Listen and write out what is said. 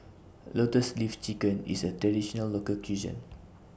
Lotus Leaf Chicken IS A Traditional Local Cuisine